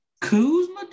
Kuzma